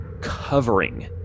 covering